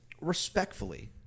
respectfully—